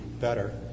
better